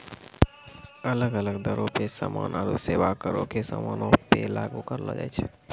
अलग अलग दरो पे समान आरु सेबा करो के समानो पे लागू करलो जाय छै